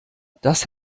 das